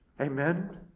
Amen